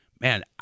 Man